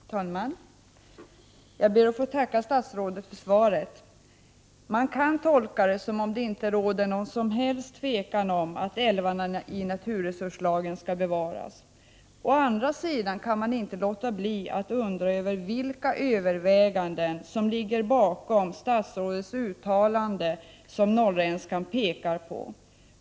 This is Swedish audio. Herr talman! Jag ber att få tacka statsrådet för svaret. Man kan tolka det som om det inte råder något som helst tvivel om att älvarna i naturresurslagen skall bevaras. Å andra sidan kan man inte låta bli att undra vilka överväganden som ligger bakom statsrådets uttalande som Norrländskan pekar på.